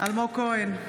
אלמוג כהן,